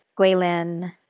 Guilin